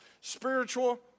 spiritual